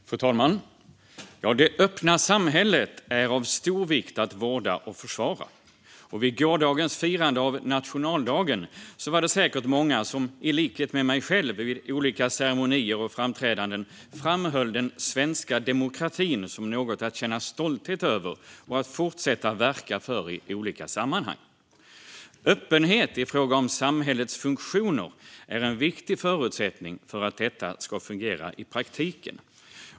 Utvecklingen på it-området när det gäller integritet och ny teknik Fru talman! Det öppna samhället är av stor vikt att vårda och försvara. Vid gårdagens firande av nationaldagen var det säkert många som i likhet med mig själv vid olika ceremonier och framträdanden framhöll den svenska demokratin som något att känna stolthet över och att fortsätta verka för i olika sammanhang. Öppenhet i fråga om samhällets funktioner är en viktig förutsättning att detta ska fungera i praktiken.